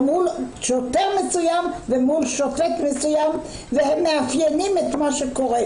או מול שוטר מסוים ומול שופט מסוים והם מאפיינים את מה שקורה,